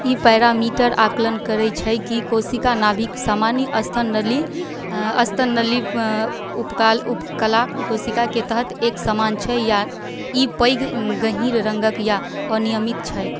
ई parameter आकलन करै छै कि कोशिका नाभिके सामान्य अस्तन नली अस्तन नली उपकाल उपकला कोशिकाके तरत एकसमान छै या ई पैघ गहीँर रङ्गके या अनियमित छै